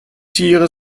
tiere